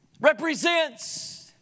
represents